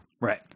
Right